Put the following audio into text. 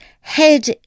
Head